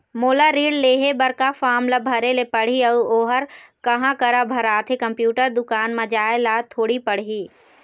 मोला ऋण लेहे बर का फार्म ला भरे ले पड़ही अऊ ओहर कहा करा भराथे, कंप्यूटर दुकान मा जाए ला थोड़ी पड़ही?